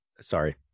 Sorry